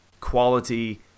quality